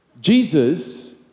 Jesus